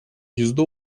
yüzde